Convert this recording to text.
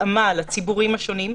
התאמה לציבורים השונים,